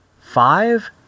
five